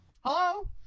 Hello